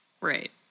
Right